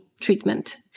treatment